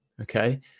Okay